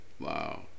Wow